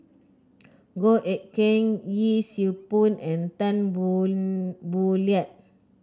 Goh Eck Kheng Yee Siew Pun and Tan Boon Boo Liat